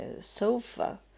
sofa